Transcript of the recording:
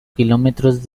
kilómetros